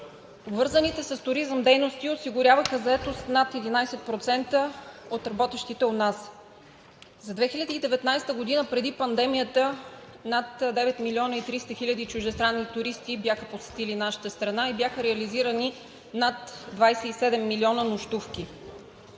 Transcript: Свързаните с туризъм дейности осигуряваха заетост на над 11% от работещите у нас. За 2019 г. – преди пандемията, над 9 милиона 300 хиляди чуждестранни туристи бяха посетили нашата страна и бяха реализирани над 27 милиона нощувки.